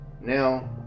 Now